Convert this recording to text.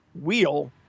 wheel